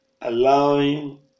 allowing